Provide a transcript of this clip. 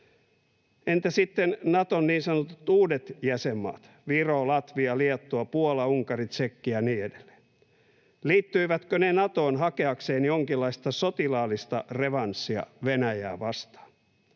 Entä sitten Naton niin sanotut uudet jäsenmaat Viro, Latvia, Liettua, Puola, Unkari, Tšekki ja niin edelleen, liittyivätkö ne Natoon hakeakseen jonkinlaista sotilaallista revanssia Venäjää vastaan?